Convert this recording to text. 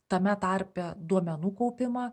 tame tarpe duomenų kaupimą